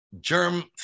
germ